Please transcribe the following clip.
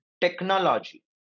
Technology